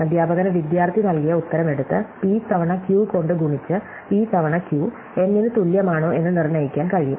അധ്യാപകന് വിദ്യാർത്ഥി നൽകിയ ഉത്തരം എടുത്ത് p തവണ q കൊണ്ട് ഗുണിച്ച് p തവണ q N ന് തുല്യമാണോ എന്ന് നിർണ്ണയിക്കാൻ കഴിയും